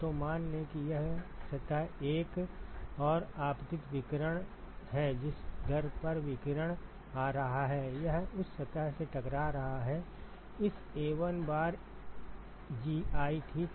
तो मान लें कि यह सतह I और आपतित विकिरण है जिस दर पर विकिरण आ रहा है या उस सतह से टकरा रहा है इस Ai बार Gi ठीक है